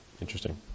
Interesting